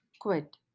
quit